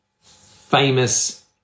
famous